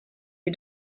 you